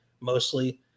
mostly